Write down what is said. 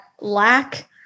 lack